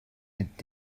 mit